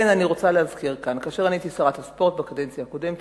רוצה להזכיר שכאשר אני הייתי שרת הספורט בקדנציה הקודמת,